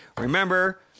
Remember